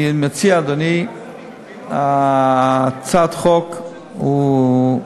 אני מציע, אדוני, הצעת החוק היא,